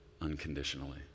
unconditionally